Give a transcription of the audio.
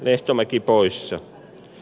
lehtomäki poissa